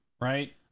right